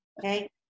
okay